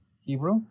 Hebrew